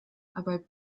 about